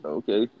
okay